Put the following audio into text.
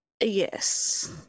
Yes